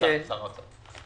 שר האוצר.